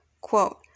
quote